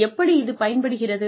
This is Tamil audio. எப்படி இது பயன்படுகிறது